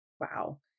Wow